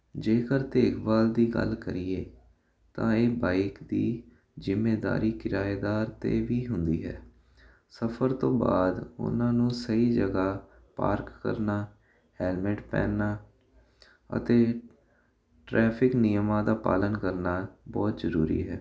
ਜੇਕਰ ਦੇਖਭਾਲ ਦੀ ਗੱਲ ਕਰੀਏ ਤਾਂ ਇਹ ਬਾਈਕ ਦੀ ਜਿੰਮੇਦਾਰੀ ਕਿਰਾਏਦਾਰ 'ਤੇ ਵੀ ਹੁੰਦੀ ਹੈ ਸਫਰ ਤੋਂ ਬਾਅਦ ਉਹਨਾਂ ਨੂੰ ਸਹੀ ਜਗ੍ਹਾ ਪਾਰਕ ਕਰਨਾ ਹੈਲਮਟ ਪਹਿਨਣਾ ਅਤੇ ਟ੍ਰੈਫਿਕ ਨਿਯਮਾਂ ਦਾ ਪਾਲਣ ਕਰਨਾ ਬਹੁਤ ਜ਼ਰੂਰੀ ਹੈ